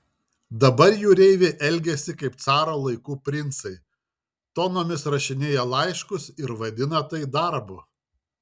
dabar jūreiviai elgiasi kaip caro laikų princai tonomis rašinėja laiškus ir vadina tai darbu